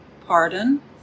pardon